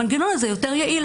המנגנון הזה יותר יעיל.